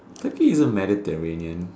Turkey isn't Mediterranean